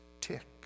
tick